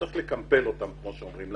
שצריך לקמפיין אותן כמו שאומרים,